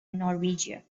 norwegia